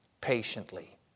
patiently